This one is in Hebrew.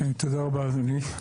תודה רבה, אדוני.